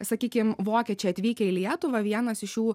sakykim vokiečiai atvykę į lietuvą vienas iš jų